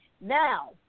Now